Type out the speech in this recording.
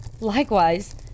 Likewise